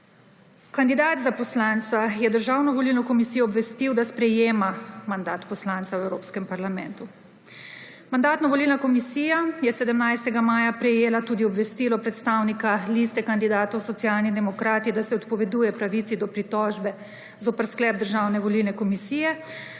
Kandidat za poslanca je Državno volilno komisijo obvestil, da sprejema mandat poslanca v Evropskem parlamentu. Mandatno-volilna komisija je 17. maja 2022 prejela tudi obvestilo predstavnika liste kandidatov Socialni demokrati, da se odpoveduje pravici do pritožbe zoper sklep Državne volilne komisije,